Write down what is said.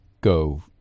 go